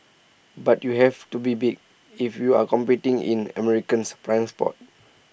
but you have to be big if you're competing in American's prime spots